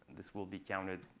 this will be counted.